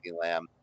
Lamb